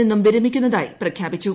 നിന്നും വിരമിക്കുന്നതായി പ്രഖ്യാപിച്ചു